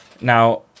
Now